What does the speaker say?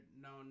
known